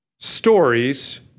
stories